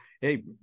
Hey